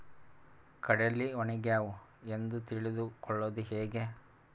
ಕಡಲಿ ಒಣಗ್ಯಾವು ಎಂದು ತಿಳಿದು ಕೊಳ್ಳೋದು ಹೇಗೆ?